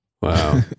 Wow